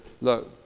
look